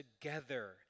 together